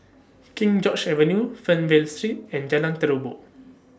King George's Avenue Fernvale Street and Jalan Terubok